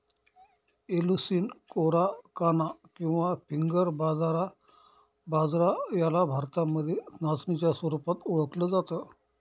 Eleusine कोराकाना किंवा finger बाजरा याला भारतामध्ये नाचणीच्या स्वरूपात ओळखल जात